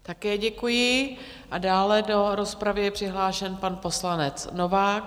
Také děkuji, a dále je do rozpravy přihlášen pan poslanec Novák.